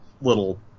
little